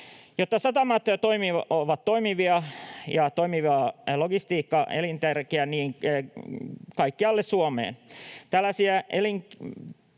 Jotta satamamme ovat toimivia, on toimiva logistiikka elintärkeä kaikkialle Suomeen.